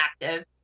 active